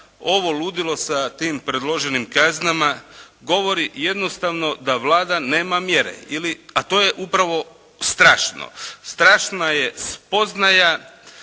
Ovo ludilo sa tim predloženim kaznama govori jednostavno da Vlada nema mjere, a to je upravo strašno. Strašna je spoznaja,